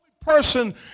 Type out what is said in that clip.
person